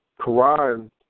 Quran